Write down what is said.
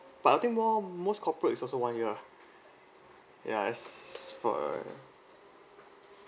but I think more most corporate is also one year ya as for